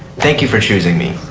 thank you for choosing me.